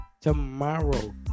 tomorrow